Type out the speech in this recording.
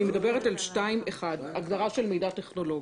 אני מדברת על 2. 1. הגדרה של מידע טכנולוגי.